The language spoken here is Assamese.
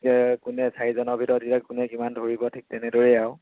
কোনে চাৰিজনৰ ভিতৰত এতিয়া কোনে কিমান ধৰিব ঠিক তেনেদৰেই আৰু